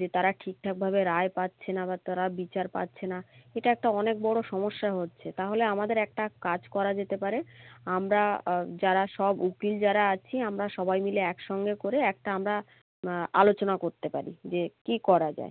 যে তারা ঠিকঠাকভাবে রায় পাচ্ছে না বা তারা বিচার পাচ্ছে না এটা একটা অনেক বড়ো সমস্যা হচ্ছে তাহলে আমাদের একটা কাজ করা যেতে পারে আমরা যারা সব উকিল যারা আছি আমরা সবাই মিলে একসঙ্গে করে একটা আমরা আলোচনা করতে পারি যে কী করা যায়